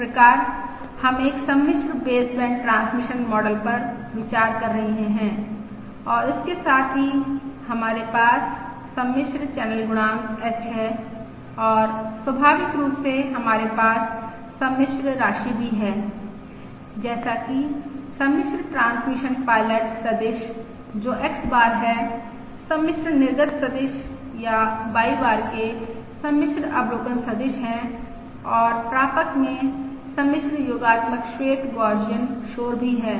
इस प्रकार हम एक सम्मिश्र बेसबैंड ट्रांसमिशन मॉडल पर विचार कर रहे हैं और इसके साथ ही हमारे पास सम्मिश्र चैनल गुणांक H है और स्वाभाविक रूप से हमारे पास सम्मिश्र राशि भी है जैसे कि सम्मिश्र ट्रांसमिशन पायलट सदिश जो X बार है सम्मिश्र निर्गत सदिश या Y बार के सम्मिश्र अवलोकन सदिश है और प्रापक में सम्मिश्र योगात्मक श्वेत गौसियन शोर भी है